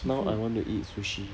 now I want to eat sushi